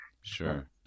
Sure